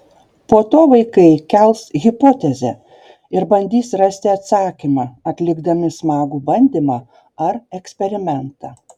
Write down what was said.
po to vaikai kels hipotezę ir bandys rasti atsakymą atlikdami smagų bandymą ar eksperimentą